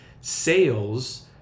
Sales